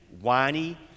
whiny